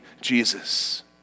Jesus